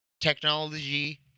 Technology